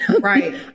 Right